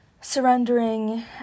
surrendering